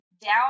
down